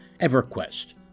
EverQuest